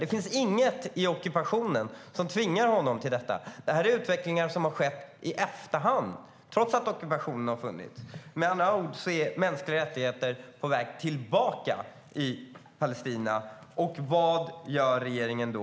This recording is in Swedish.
Denna utveckling har skett långt efter ockupationen. Mänskliga rättigheter är på tillbakagång i Palestina. Vad gör regeringen då?